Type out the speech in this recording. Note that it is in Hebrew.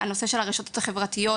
הנושא של הרשתות החברתיות,